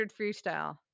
freestyle